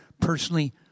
personally